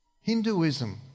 Hinduism